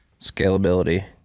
Scalability